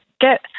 get